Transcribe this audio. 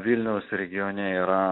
vilniaus regione yra